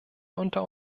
unter